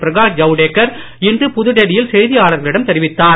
பிரகாஷ் ஜவ்டேக்கர் இன்று புதுடெல்லியில் செய்தியாளர்களிடம் தெரிவித்தார்